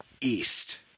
east